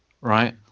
right